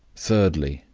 thirdly,